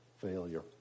Failure